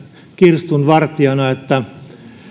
kirstunvartijana